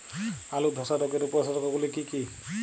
আলুর ধসা রোগের উপসর্গগুলি কি কি?